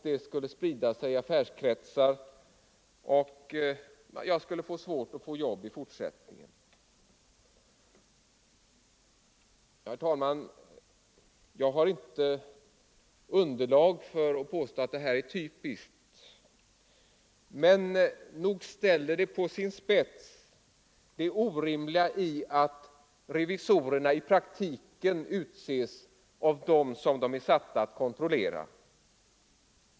Det skulle sprida sig i affärskretsar och jag skulle få svårt att få jobb i fortsättningen. Herr talman! Jag har inte underlag för att påstå att detta fall är typiskt. Men nog ställer det på sin spets det orimliga i att revisorerna i praktiken utses av dem som de är satta att kontrollera.